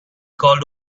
called